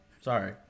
Sorry